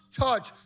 touch